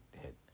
hit